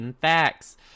facts